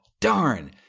darn